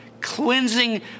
cleansing